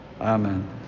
Amen